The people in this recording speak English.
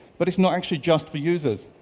but it's not actually just for users.